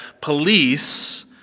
police